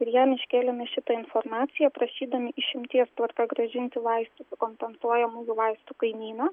ir jam iškėlėme šitą informaciją prašydami išimties tvarka grąžinti vaistus į kompensuojamųjų vaistų kainyną